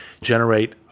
Generate